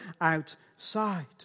outside